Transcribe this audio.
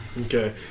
Okay